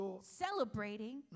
Celebrating